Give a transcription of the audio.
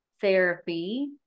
therapy